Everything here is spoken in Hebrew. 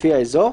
לפי האזור,